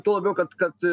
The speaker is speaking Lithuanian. tuo labiau kad kad